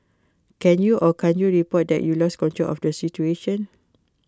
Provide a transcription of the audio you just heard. can you or can't you report that you lost control of the situation